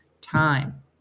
time